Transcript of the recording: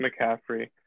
McCaffrey